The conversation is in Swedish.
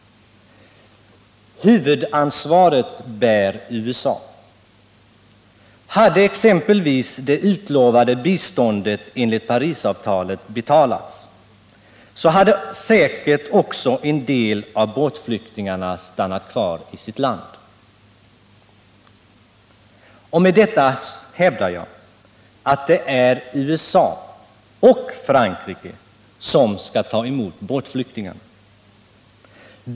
Huvudansvaret bär USA. Hade exempelvis det utlovade biståndet enligt Parisavtalet betalats, hade också en del av båtflyktingarna stannat kvar i sitt land. Med detta hävdar jag att det är USA och Frankrike som skall ta emot båtflyktingarna.